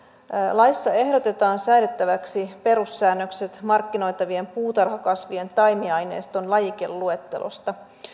laissa ehdotetaan säädettäväksi perussäännökset markkinoitavien puutarhakasvien taimiaineiston lajikeluettelosta